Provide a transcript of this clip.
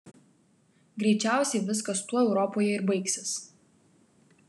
greičiausiai viskas tuo europoje ir baigsis